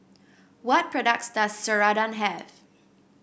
what products does Ceradan have